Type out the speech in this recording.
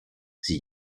sie